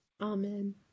Amen